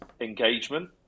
engagement